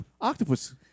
Octopus